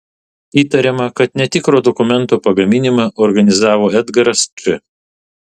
įtariama kad netikro dokumento pagaminimą organizavo edgaras č